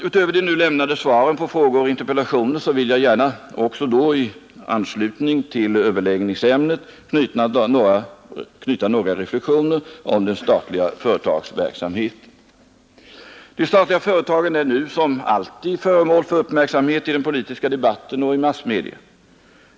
Utöver de nu lämnade svaren på frågor och interpellationer vill jag gärna i anslutning till överläggningsämnet göra några reflexioner om den statliga företagsverksamheten. De statliga företagen är nu som alltid föremål för uppmärksamhet i den politiska debatten och i massmedia.